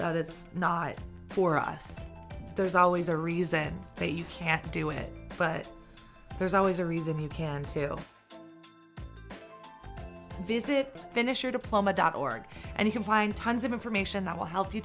that it's not for us there's always a reason they you can't do it but there's always a reason you can to visit finish your diploma dot org and you can find tons of information that will help you